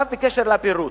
בקשר לפירוט: